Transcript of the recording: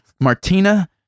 Martina